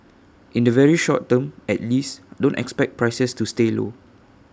in the very short term at least don't expect prices to stay low